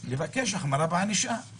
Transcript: לבקש החמרה בענישה.